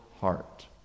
heart